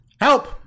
Help